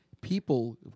people